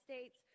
States